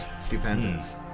Stupendous